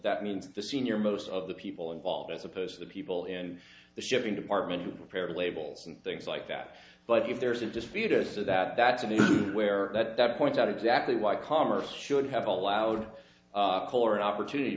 that means the senior most of the people involved as opposed to the people in the shipping department who repaired labels and things like that but if there's a disputed for that that today where that that points out exactly why commerce should have allowed color and opportunity